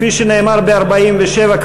כפי שנאמר ב-47',